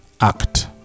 act